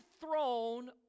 throne